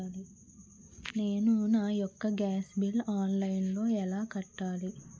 నేను నా యెక్క గ్యాస్ బిల్లు ఆన్లైన్లో ఎలా కట్టాలి?